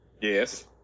Yes